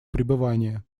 пребывания